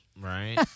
Right